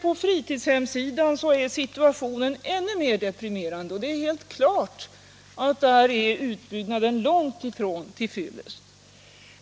På fritidshemssidan är situationen ännu mer deprimerande, och det är helt klart att utbyggnaden där är långt ifrån till fyllest.